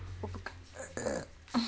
उपकरण से का अभिप्राय हे?